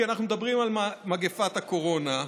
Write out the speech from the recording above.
כי אנחנו מדברים על מגפת הקורונה,